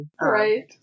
Right